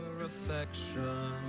affection